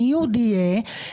והניוד יהיה,